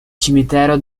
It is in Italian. cimitero